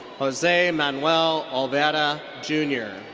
jose manuel olvera jr.